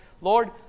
Lord